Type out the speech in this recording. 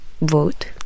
vote